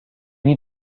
need